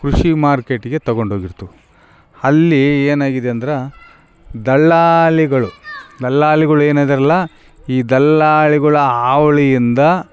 ಕೃಷಿ ಮಾರ್ಕೆಟ್ಗೆ ತಗೊಂಡೋಗಿರ್ತ ಅಲ್ಲಿ ಏನಾಗಿದೆ ಅಂದ್ರೆ ದಲ್ಲಾಳಿಗಳು ದಲ್ಲಾಳಿಗಳ್ ಏನಿದಾರಲ್ಲ ಈ ದಲ್ಲಾಳಿಗಳ ಹಾವಳಿಯಿಂದ